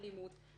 של אימוץ,